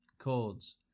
chords